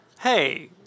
hey